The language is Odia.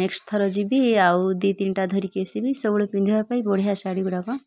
ନେକ୍ସ୍ଟ ଥର ଯିବି ଆଉ ଦୁଇ ତିନିଟା ଧରିକି ଆସିବି ସବୁବେଳେ ପିନ୍ଧିବା ପାଇଁ ବଢ଼ିଆ ଶାଢ଼ୀଗୁଡ଼ାକ